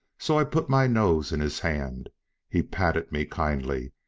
so i put my nose in his hand he patted me kindly,